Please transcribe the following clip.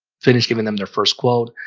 finished giving them their first quote.